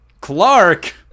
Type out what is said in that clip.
Clark